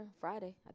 Friday